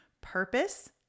purpose